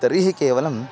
तर्हि केवलम्